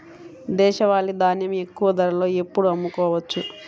దేశవాలి ధాన్యం ఎక్కువ ధరలో ఎప్పుడు అమ్ముకోవచ్చు?